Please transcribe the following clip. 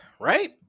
Right